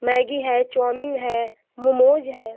Maggi है chowmein है मोमोज़ है